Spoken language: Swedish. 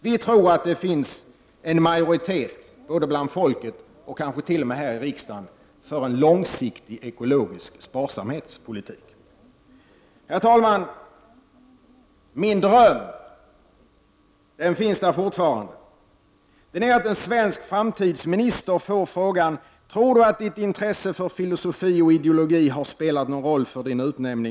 Vi tror att det finns en majoritet bland folket och kanske t.o.m. här i riksdagen för en långsiktig ekologisk sparsamhetspolitik. Herr talman! Jag har fortfarande min dröm om att en svensk framtidsminister skall få frågan om han tror att hans intresse för filosofi och ideologi har spelat någon roll för hans utnämning.